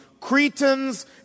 Cretans